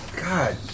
God